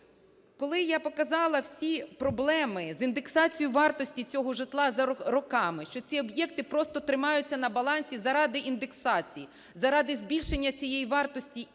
Коли я показала всі проблеми з індексацією вартості цього житла за роками, що ці об'єкти просто тримаються на балансі заради індексацій, заради збільшення цієї вартості і